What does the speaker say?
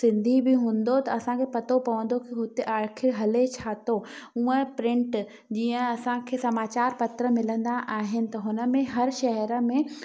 सिंधी बि हूंदो त असांखे पतो पवंदो की हुते आख़िरि हले छा थो हूअं प्रिंट जीअं असांखे समाचार पत्र मिलंदा आहिनि त हुन में हर शहर में